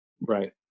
right